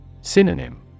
Synonym